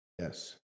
Yes